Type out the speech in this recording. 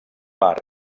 mar